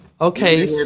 okay